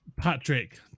Patrick